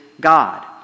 God